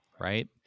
right